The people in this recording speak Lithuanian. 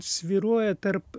svyruoja tarp